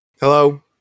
Hello